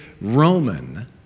Roman